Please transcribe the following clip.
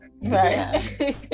Right